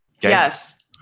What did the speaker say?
Yes